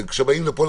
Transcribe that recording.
וכשבאים לפה,